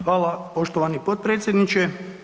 Hvala poštovani potpredsjedniče.